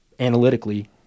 analytically